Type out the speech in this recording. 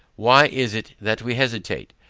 why is it that we hesitate?